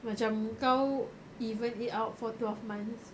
macam kau even it out for twelve months